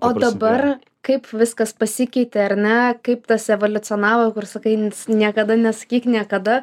o dabar kaip viskas pasikeitė ar ne kaip tas evoliucionavo kur sakai niekada nesakyk niekada